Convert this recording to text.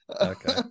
Okay